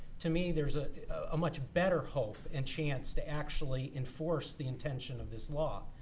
to me, there's a ah much better hope and chance to actually enforce the intention of this law.